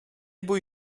bój